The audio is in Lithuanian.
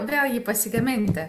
vėl jį pasigaminti